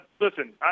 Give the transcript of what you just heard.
listen